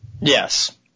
Yes